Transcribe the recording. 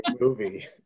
movie